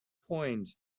point